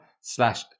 slash